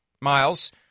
Miles